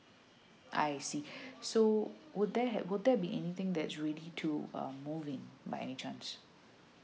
I see so would there had would there be anything that's ready to move in by any charge